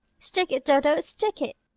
stick it, dodo stick it!